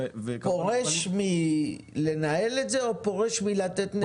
--- פורש מלנהל את זה או פורש מלתת נתונים?